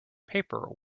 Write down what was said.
paper